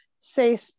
say